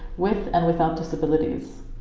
with and without disabilities.